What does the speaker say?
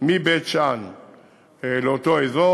מבית-שאן לאותו אזור.